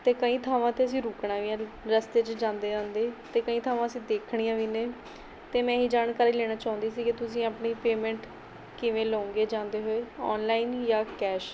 ਅਤੇ ਕਈ ਥਾਵਾਂ 'ਤੇ ਅਸੀਂ ਰੁਕਣਾ ਵੀ ਹੈ ਰਸਤੇ 'ਚ ਜਾਂਦੇ ਜਾਂਦੇ ਅਤੇ ਕਈ ਥਾਵਾਂ ਅਸੀਂ ਦੇਖਣੀਆਂ ਵੀ ਨੇ ਅਤੇ ਮੈਂ ਇਹੀ ਜਾਣਕਾਰੀ ਲੈਣਾ ਚਾਹੁੰਦੀ ਸੀ ਕਿ ਤੁਸੀਂ ਆਪਣੀ ਪੇਮੈਂਟ ਕਿਵੇਂ ਲਉਂਗੇ ਜਾਂਦੇ ਹੋਏ ਔਨਲਾਈਨ ਜਾਂ ਕੈਸ਼